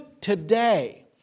today